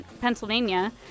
Pennsylvania